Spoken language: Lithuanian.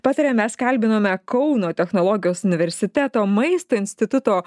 pataria mes kalbinome kauno technologijos universiteto maisto instituto